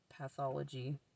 pathology